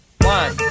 one